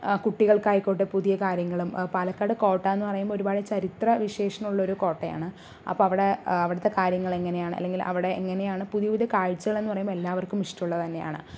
കുട്ടികൾക്ക് ആയിക്കോട്ടെ പുതിയ കാര്യങ്ങളും പാലക്കാട് കോട്ട എന്ന് പറയുമ്പോൾ ഒരുപാട് ചരിത്ര വിശേഷണമുള്ളൊരു കോട്ടയാണ് അപ്പോൾ അവിടെ അവിടുത്തെ കാര്യങ്ങൾ എങ്ങനെയാണ് അല്ലെങ്കിൽ അവിടെ എങ്ങനെയാണ് പുതിയ പുതിയ കാഴ്ചകൾ എന്ന് പറയുമ്പോൾ എല്ലാവർക്കും ഇഷ്ടമുള്ള തന്നെയാണ്